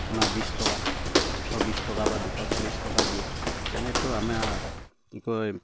আপোনাৰ বিছ টকা দুশ বিছ টকা বা দুশ চল্লিছ টকা দিয়ে তেনেতো আমাৰ কি কয়